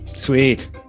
Sweet